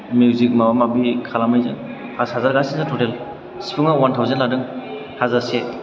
music माबा माबि खालामनायजों फास हाजार गासैजों थटेल सिफुंआ वान थावजेन लादों हाजारसे